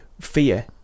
fear